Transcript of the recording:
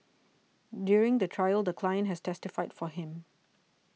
during the trial the client has testified for him